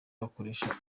wakoresha